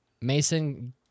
Mason